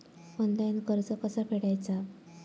Online कर्ज कसा फेडायचा?